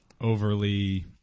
overly